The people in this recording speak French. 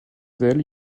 d’ailes